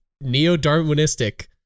neo-darwinistic